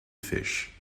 fish